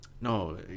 No